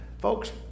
Folks